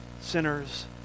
sinners